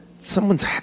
someone's